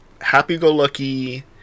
happy-go-lucky